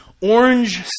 orange